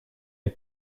est